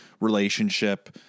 relationship